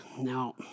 Now